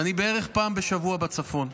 אני בערך פעם בשבוע בצפון,